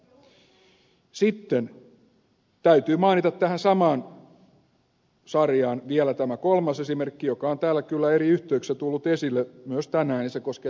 sitten täytyy mainita tähän samaan sarjaan vielä tämä kolmas esimerkki joka on täällä kyllä eri yhteyksissä tullut esille myös tänään ja se koskee tuottavuusohjelmaa